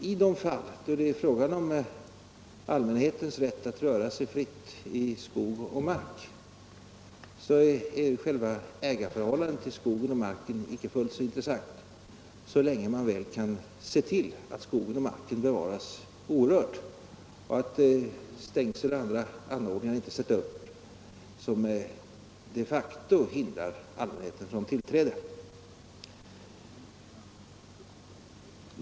I de fall då det är fråga om allmänhetens rätt att röra sig fritt i skog och mark är själva ägarförhållandet till skogen och marken icke fullt så intressant, så länge man väl kan se till att skogen och marken bevaras orörd och att stängsel och andra anordningar inte sätts upp som de facto hindrar allmänheten från tillträde.